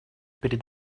перед